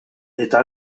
eta